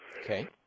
Okay